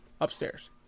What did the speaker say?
upstairs